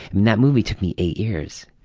and that movie took me eight years,